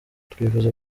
twifuza